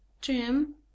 Jim